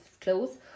clothes